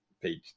Page